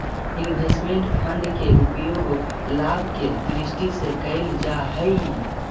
investment fund के उपयोग लाभ के दृष्टि से कईल जा हई